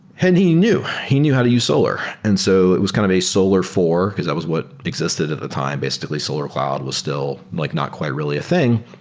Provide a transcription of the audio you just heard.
and he knew. he knew how to use solar. and so it was kind of a solar four, because that was what existed at the time, basically solar cloud was still like not quite really a thing.